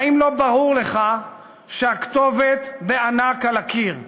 והאם לא ברור לך שהכתובת בענק על הקיר?